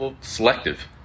selective